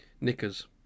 knickers